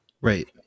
Right